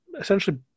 essentially